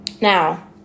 Now